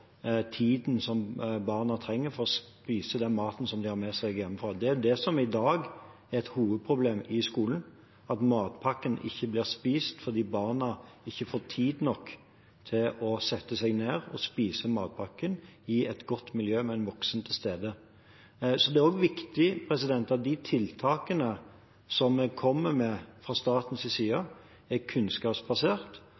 tiden barna trenger for å spise den maten de har med seg hjemmefra. Det er jo det som i dag er et hovedproblem i skolen, at matpakken ikke blir spist fordi barna ikke får tid nok til å sette seg ned og spise matpakken, i et godt miljø med en voksen til stede. Det er også viktig at de tiltakene vi kommer med fra